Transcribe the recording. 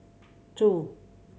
two